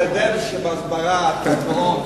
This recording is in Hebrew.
שבהסברה אתה גאון,